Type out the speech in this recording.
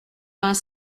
vingt